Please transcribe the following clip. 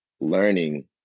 learning